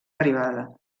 arribada